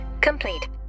complete